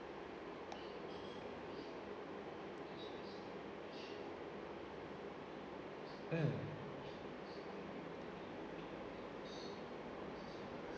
mm